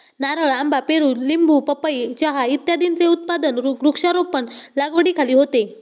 नारळ, आंबा, पेरू, लिंबू, पपई, चहा इत्यादींचे उत्पादन वृक्षारोपण लागवडीखाली होते